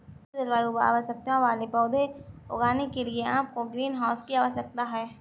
सख्त जलवायु आवश्यकताओं वाले पौधे उगाने के लिए आपको ग्रीनहाउस की आवश्यकता है